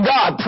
God